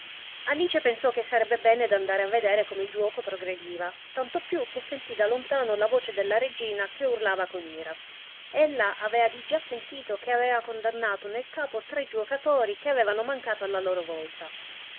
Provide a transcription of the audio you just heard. alice pensò che sarebbe bene d'andare a vedere come il giuoco progrediva tanto più che sentì da lontano la voce della regina che urlava con ira ella avea di già sentito che avea condannato nel capo tre giuocatori che avevano mancato alla loro volta